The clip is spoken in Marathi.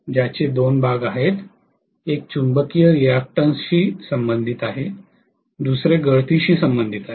ज्याचे दोन भाग आहेत एक चुंबकीय रियाक्टन्स शी संबंधित आहे दुसरे गळतीशी संबंधित आहे